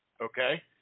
okay